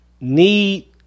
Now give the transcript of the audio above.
Need